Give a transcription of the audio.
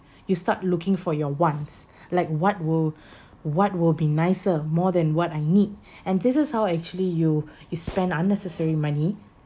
you start looking for your wants like what will what will be nicer more than what I need and this is how actually you you spend unnecessary money